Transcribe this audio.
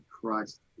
Christ